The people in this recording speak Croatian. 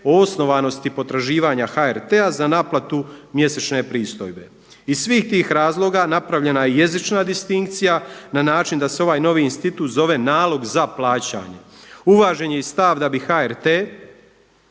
osnovanosti potraživanja HRT-a za naplatu mjesečne pristojbe. Iz svih tih razloga napravljena je jezična distinkcija na način da se ovaj novi institut zove nalog za plaćanje. Uvažen je i stav da bi HRT